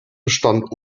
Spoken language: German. bestand